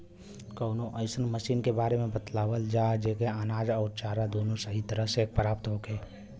कवनो अइसन मशीन के बारे में बतावल जा जेसे अनाज अउर चारा दोनों सही तरह से प्राप्त होखे?